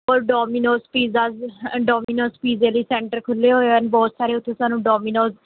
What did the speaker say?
ਔਰ Domino's pizzas Domino's ਪੀਜ਼ੇ ਲਈ ਸੈਂਟਰ ਖੁੱਲ੍ਹੇ ਹੋਏ ਹਨ ਬਹੁਤ ਸਾਰੇ ਉੱਥੇ ਸਾਨੂੰ ਡੋਮੀਨੋਜ਼